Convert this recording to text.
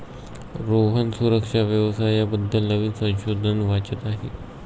रोहन सुरक्षा व्यवसाया बद्दल नवीन संशोधन वाचत आहे